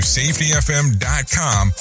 safetyfm.com